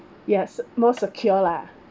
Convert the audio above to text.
yes more secure lah